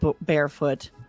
barefoot